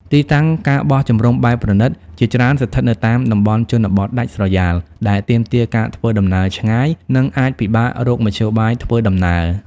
ទីតាំង ការបោះជំរំបែបប្រណីត ជាច្រើនស្ថិតនៅតាមតំបន់ជនបទដាច់ស្រយាល ដែលទាមទារការធ្វើដំណើរឆ្ងាយ និងអាចពិបាករកមធ្យោបាយធ្វើដំណើរ។